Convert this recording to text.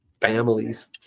families